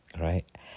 right